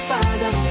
Father